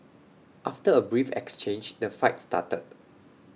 after A brief exchange the fight started